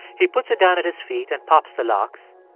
he puts it down at his feet and pops the locks.